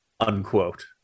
Unquote